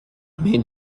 mais